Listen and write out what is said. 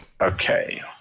Okay